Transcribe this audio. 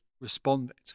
responded